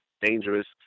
dangerous